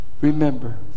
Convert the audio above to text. Remember